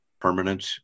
permanent